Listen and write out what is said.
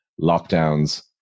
Lockdowns